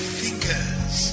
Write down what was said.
fingers